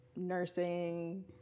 nursing